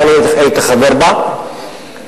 שהייתי חבר בה,